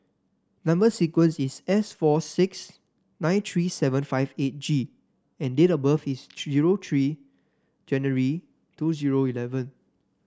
number sequence is S four six nine three seven five eight G and date of birth is zero three January two zero eleven